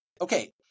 Okay